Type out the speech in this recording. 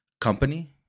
company